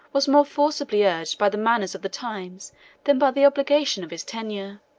was more forcibly urged by the manners of the times than by the obligation of his tenure.